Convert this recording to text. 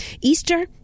Easter